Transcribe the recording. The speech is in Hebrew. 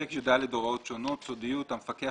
84.סודיות המפקח,